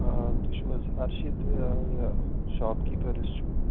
آ تُہۍ چھُو حظ اَرشِد یہِ شاپ کیٖپَر یُس چھُ